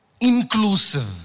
inclusive